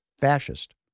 fascist